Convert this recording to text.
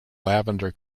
lavender